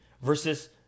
versus